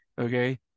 Okay